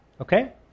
Okay